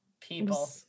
people